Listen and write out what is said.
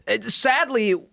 Sadly